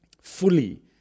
Fully